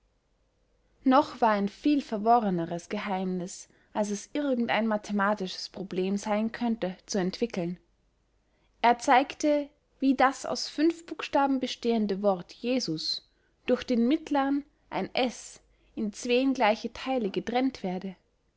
noch war ein viel verworreneres geheimniß als es irgend ein mathematisches problem seyn könnte zu entwicklen er zeigte wie das aus fünf buchstaben bestehende wort jesus durch den mittlern ein s in zween gleiche theile getrennt werde